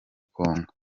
kongo